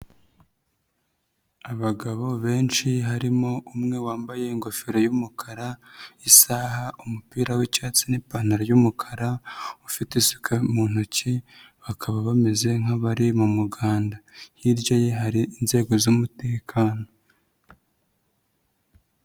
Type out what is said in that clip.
Abagabo benshi harimo umwe wambaye ingofero y'umukara, isaha, umupira w'icyatsi n'ipantaro y'umukara, ufite isuka mu ntoki, bakaba bameze nk'abari mu muganda. Hirya ye hari inzego z'umutekano.